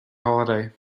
holiday